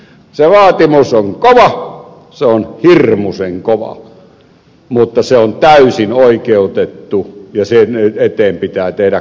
se vaatimus on kova se on hirmuisen kova mutta se on täysin oikeutettu ja sen eteen pitää tehdä kaikki voitava